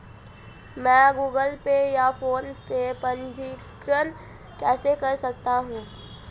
मैं Google Pay या फोनपे में पंजीकरण कैसे कर सकता हूँ?